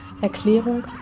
Erklärung